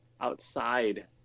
outside